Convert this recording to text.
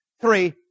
Three